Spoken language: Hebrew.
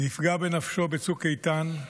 נפגע בנפשו בצוק איתן.